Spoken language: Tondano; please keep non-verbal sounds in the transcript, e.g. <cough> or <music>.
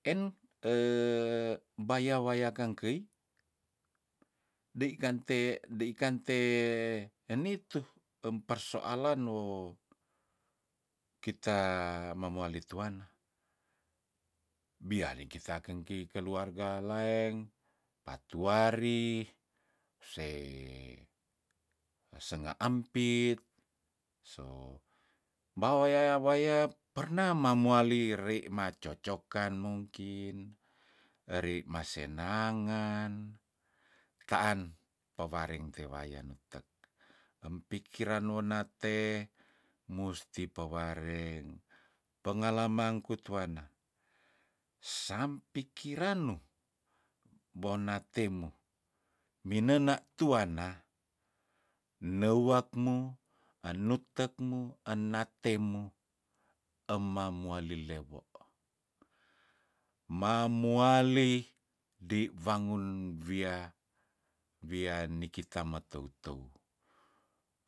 Eno <hesitation> ebaya wayakang kei dei kante dei kante enitu emper soalan woh kita memuali tuanna biali kita kengkei keluarga laeng patuari se wesenga empit so bawuwaya waya pernah mamuali rei ma cocokan mungkin reima senangen taan pewarente waya nutek empikiran nona te musti peware pengalamangku tuanna sampikirano bona temo minena tuanna neuwak mu anutekmu anatemu emamuali lewo mamuali di wangun wia wia nikita meteuteu